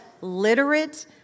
literate